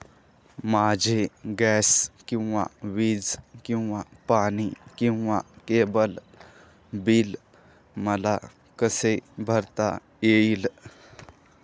माझे गॅस किंवा वीज किंवा पाणी किंवा केबल बिल मला कसे भरता येईल?